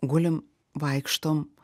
gulim vaikštom